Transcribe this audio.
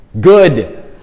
good